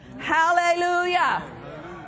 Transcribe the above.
Hallelujah